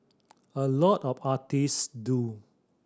a lot of artist do